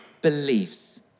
beliefs